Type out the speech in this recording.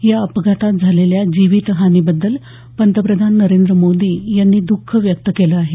या अपघातात झालेल्या जीवितहानीबद्दल पंतप्रधान नरेंद्र मोदी यांनी दख व्यक्त केलं आहे